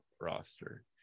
roster